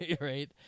Right